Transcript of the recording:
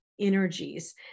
energies